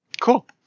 cool